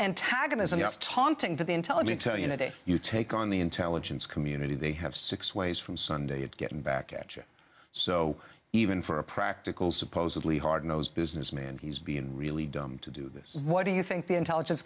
antagonism yes taunting to the intelligence tell you today you take on the intelligence community they have six ways from sunday at getting back atcha so even for a practical supposedly hard nosed businessman he's being really dumb to do this what do you think the intelligence